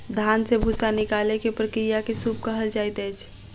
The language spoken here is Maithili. धान से भूस्सा निकालै के प्रक्रिया के सूप कहल जाइत अछि